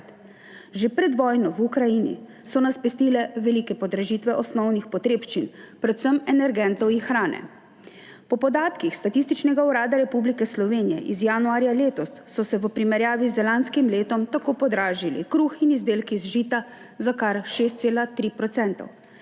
Že pred vojno v Ukrajini so nas pestile velike podražitve osnovnih potrebščin, predvsem energentov in hrane. Po podatkih Statističnega urada Republike Slovenije iz januarja letos so se v primerjavi z lanskim letom tako podražili kruh in izdelki iz žita za kar 6,3